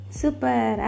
super